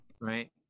Right